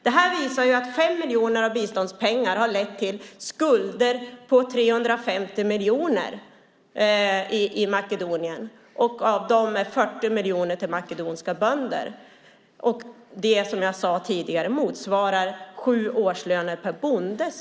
Det här visar att 5 miljoner av biståndspengar har lett till skulder på 350 miljoner i Makedonien. Av dem är 40 miljoner till makedonska bönder. Skulden motsvarar, som jag sade tidigare, sju årslöner per bonde.